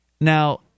Now